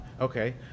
Okay